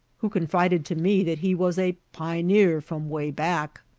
who confided to me that he was a pi'neer from way back.